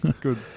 Good